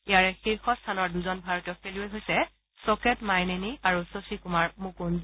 ইয়াৰে শীৰ্ষ স্থানৰ দুজন ভাৰতীয় খেলুৱৈ হৈছে ছ'কেট মাইনেনী আৰু শশী কুমাৰ মুকুন্দ